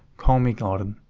call me gordon.